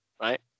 right